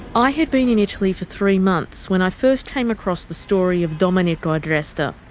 i had been in italy for three months when i first came across the story of domenico agresta.